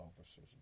officers